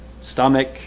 stomach